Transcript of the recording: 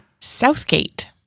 Southgate